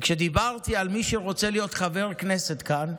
וכשדיברתי על מי שרוצה להיות חבר כנסת כאן,